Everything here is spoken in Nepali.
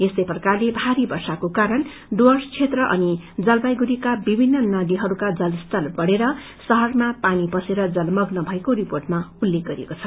यस्तै प्रकारले भारी वर्षाको कारण डुवैस क्षेत्र अनि जलपाईगुड़ीका विभ्जिन्न नदीहरूका जलस्तर बढ़ेर शहरमा पानी पसेर जलमग्न भएको रिपोटमा उल्लेख गरिएको छ